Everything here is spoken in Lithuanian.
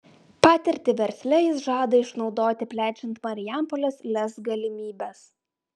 patirtį versle jis žada išnaudoti plečiant marijampolės lez galimybes